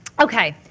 okay.